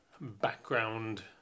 background